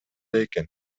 экен